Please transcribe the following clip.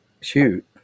shoot